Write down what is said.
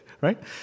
right